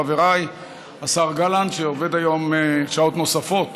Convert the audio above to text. חבריי, השר גלנט, שעובד היום שעות נוספות